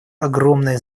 огромное